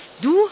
Du